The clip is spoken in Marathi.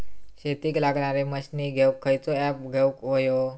शेतीक लागणारे मशीनी घेवक खयचो ऍप घेवक होयो?